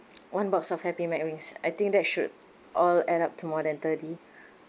one box of happy mcwings I think that should all add up to more than thirty